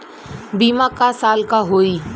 बीमा क साल क होई?